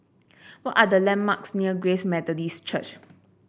what are the landmarks near Grace Methodist Church